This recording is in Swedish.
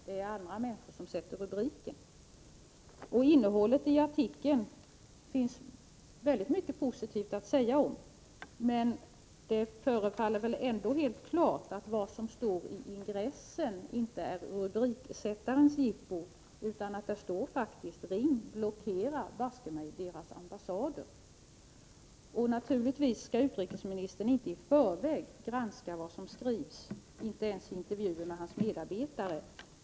Det är andra människor som sätter den. Det finns också väldigt mycket positivt att säga om innehållet i artikeln, men det förefaller ändå helt klart att vad som står i ingressen inte är rubriksättarens påhitt. Där står faktiskt: Ring! Blockera, baske mig, deras ambassader! Naturligtvis skall utrikesministern inte i förväg granska vad som skrivs, inte ens i intervjuer med sina medarbetare.